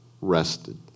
rested